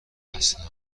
اصلا